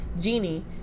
Genie